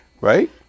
right